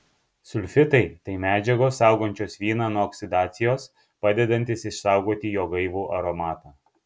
sulfitai tai medžiagos saugančios vyną nuo oksidacijos padedantys išsaugoti jo gaivų aromatą